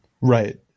Right